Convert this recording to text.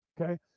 Okay